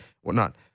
whatnot